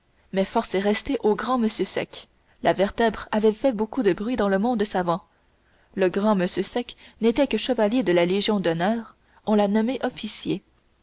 mais force est restée au grand monsieur sec la vertèbre avait fait beaucoup de bruit dans le monde savant le grand monsieur sec n'était que chevalier de la légion d'honneur on l'a nommé officier